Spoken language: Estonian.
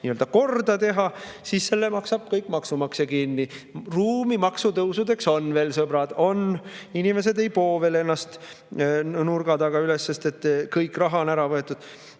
nii-öelda korda teha, siis selle maksab kõik maksumaksja kinni. Ruumi maksutõusudeks on veel, sõbrad! On! Inimesed veel ei poo ennast nurga taga üles, sest kõik raha on ära võetud.